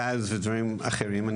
גז ודברים אחרים,